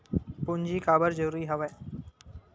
पूंजी काबर जरूरी हवय?